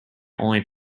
only